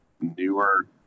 newer